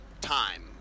time